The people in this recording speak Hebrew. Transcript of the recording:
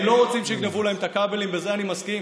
הם לא רוצים שיגנבו להם את הכבלים, בזה אני מסכים.